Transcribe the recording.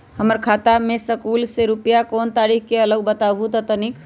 हमर खाता में सकलू से रूपया कोन तारीक के अलऊह बताहु त तनिक?